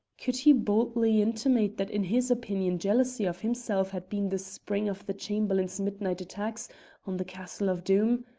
could he boldly intimate that in his opinion jealousy of himself had been the spring of the chamberlain's midnight attacks on the castle of doom?